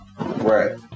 Right